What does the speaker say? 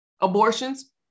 abortions